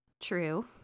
true